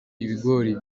ibigori